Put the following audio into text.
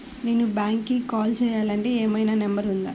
నేను బ్యాంక్కి కాల్ చేయాలంటే ఏమయినా నంబర్ ఉందా?